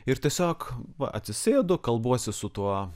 ir tiesiog va atsisėdu kalbuosi su tuo